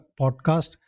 Podcast